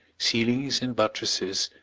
ceilings and buttresses,